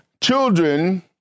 children